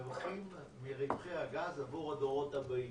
הרווחים מהגז היו צריכים להיות מונחים עבור הדורות הבאים,